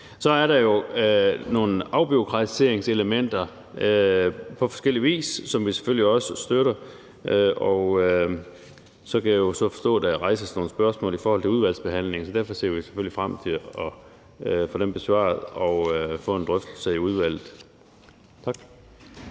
Så er der nogle afbureaukratiseringselementer på forskellig vis, som vi selvfølgelig også støtter. Og så kan jeg forstå, at der rejses nogle spørgsmål i udvalgsbehandlingen, så derfor ser vi selvfølgelig frem til at få dem besvaret og få en drøftelse i udvalget. Tak.